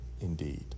indeed